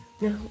No